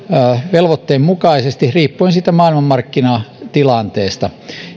velvoitteen mukaisesti riippuen maailmanmarkkinatilanteesta